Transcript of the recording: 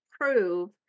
prove